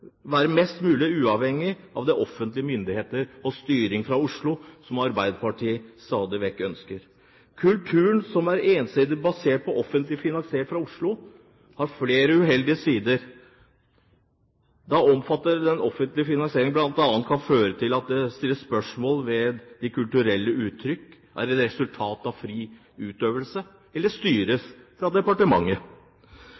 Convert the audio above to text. være mest mulig uavhengig av de offentlige myndigheter og styring fra Oslo, som Arbeiderpartiet stadig vekk ønsker. Kulturen som er ensidig basert på offentlig finansiering fra Oslo, har flere uheldige sider, da omfattende offentlig finansiering bl.a. kan føre til at det stilles spørsmål ved om de kulturelle uttrykkene er et resultat av fri utøvelse, eller